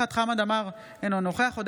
אינה נוכחת חמד עמאר,